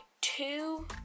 two